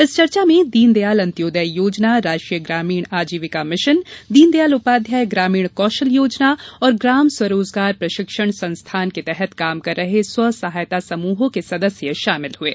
इस चर्चा में दीनदयाल अंत्योदय योजना राष्ट्रीय ग्रामीण आजीविका मिशन दीनदयाल उपाध्याय ग्रामीण कौशल योजना और ग्राम स्वरोजगार प्रशिक्षण संस्थान के तहत काम कर रहे स्व सहायता समूहों के सदस्य शामिल हुये